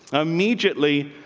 ah immediately.